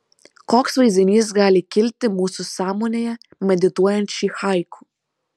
koks vaizdinys gali kilti mūsų sąmonėje medituojant šį haiku